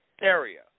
area